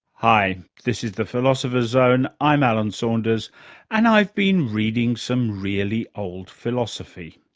hi, this is the philosopher's zone, i'm alan saunders and i've been reading some really old philosophy.